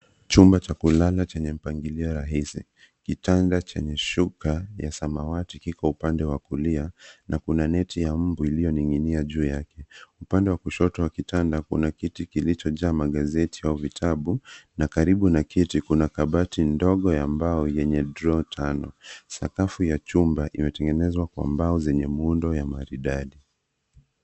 Chumba cha kulala chenye mpangilio rahisi. Kitanda chenye shuka ya samawati kiko upande wa kulia, na kuna neti ya mbu iliyoning'inia juu yake. Upande wa kushoto wa kitanda kuna kiti kilichojaa magazeti au vitabu, na karibu na kiti kuna kabati ndogo ya mbao yenye drawer tano. Sakafu ya chumba imetengenezwa kwa mbao zenye muundo ya maridadi.